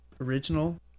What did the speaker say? Original